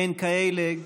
אין כאלה.